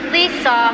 Lisa